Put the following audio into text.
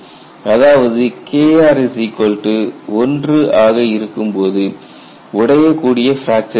அதாவது Kr 1 ஆக இருக்கும்போது உடையக்கூடிய பிராக்ஸர் ஏற்படும்